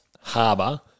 Harbour